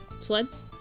sleds